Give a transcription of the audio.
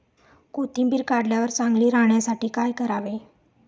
कोथिंबीर काढल्यावर चांगली राहण्यासाठी काय करावे?